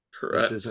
Correct